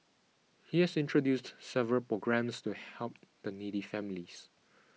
he has introduced several programmes to help the needy families